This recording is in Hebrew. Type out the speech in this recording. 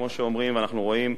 כמו שאומרים ואנחנו רואים,